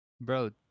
bro